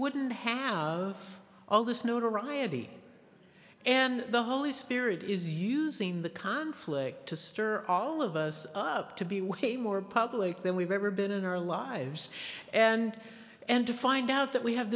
wouldn't have all this notoriety and the holy spirit is using the conflict to stir all of us up to be way more public than we've ever been in our lives and and to find out that we have